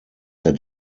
der